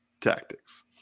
Tactics